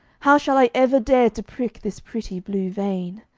how shall i ever dare to prick this pretty blue vein